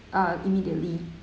ah immediately